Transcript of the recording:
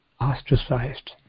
ostracized